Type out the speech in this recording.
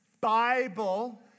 Bible